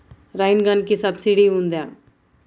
Rain గన్కి subsidy ఉందా?